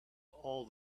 all